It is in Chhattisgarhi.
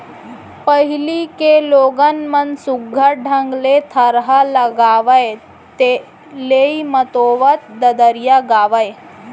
पहिली के लोगन मन सुग्घर ढंग ले थरहा लगावय, लेइ मतोवत ददरिया गावयँ